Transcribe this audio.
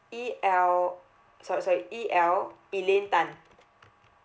E L sorry sorry E L elaine tan